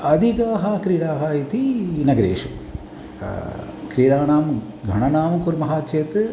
अधिकाः क्रीडाः इति नगरेषु क्रीडानां गणना कुर्मः चेत्